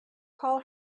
call